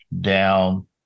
down